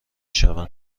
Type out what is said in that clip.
شوند